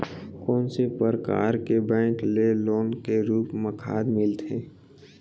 कोन से परकार के बैंक ले लोन के रूप मा खाद मिलथे?